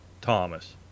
Thomas